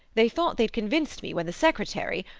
they thought they'd convinced me when the secretary,